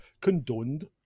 condoned